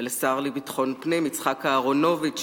ולשר לביטחון פנים יצחק אהרונוביץ,